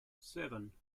seven